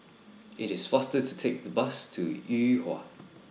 IT IS faster to Take The Bus to Yuhua